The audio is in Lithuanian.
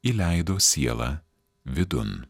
įleido sielą vidun